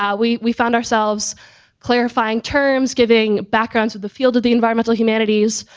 yeah we we found ourselves clarifying terms, giving background to the field of the environmental humanities,